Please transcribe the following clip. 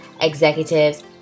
executives